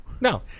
No